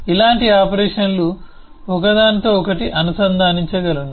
నేను ఇలాంటి ఆపరేషన్లను ఒకదానితో ఒకటి అనుసంధానించగలను